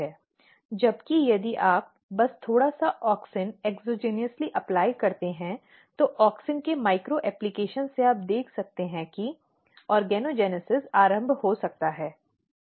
जबकि यदि आप बस थोड़ा सा ऑक्सिन एक्सॉज्इनॅस अप्लाई करते हैं तो ऑक्सिन के सूक्ष्म अनुप्रयोग से आप देख सकते हैं कि ऑर्गोजेनेसिस आरंभ हो सकता है